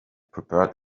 prepared